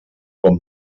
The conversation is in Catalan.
com